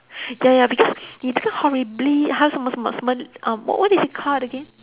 ya ya because 你这个 horribly !huh! 什么什么什么 um what is it called again